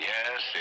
Yes